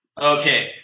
Okay